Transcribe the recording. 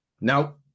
now